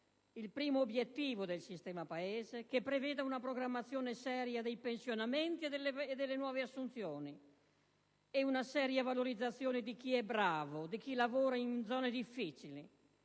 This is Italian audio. (il primo obiettivo del sistema Paese), che preveda una programmazione seria dei pensionamenti e delle nuove assunzioni e una seria valorizzazione di chi è bravo, di chi lavora in zone difficili;